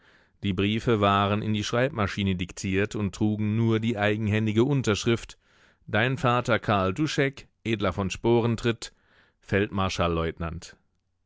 die briefe waren in die schreibmaschine diktiert und trugen nur die eigenhändige unterschrift dein vater karl duschek edler von